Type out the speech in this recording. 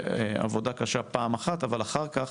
זו עבודה קשה פעם אחת אבל אחר כך